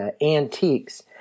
antiques